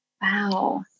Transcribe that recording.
wow